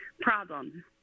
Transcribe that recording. problem